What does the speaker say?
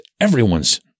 everyone's